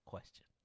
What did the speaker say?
Question